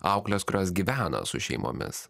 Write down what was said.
auklės kurios gyvena su šeimomis